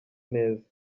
neza